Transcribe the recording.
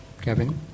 kevin